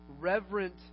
reverent